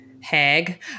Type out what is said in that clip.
hag